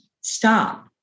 stop